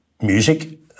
music